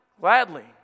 gladly